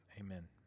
amen